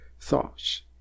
thoughts